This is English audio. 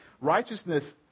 Righteousness